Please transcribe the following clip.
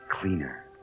cleaner